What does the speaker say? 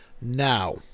Now